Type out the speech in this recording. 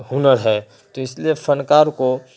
ہنر ہے تو اس لیے فن کار کو